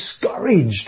discouraged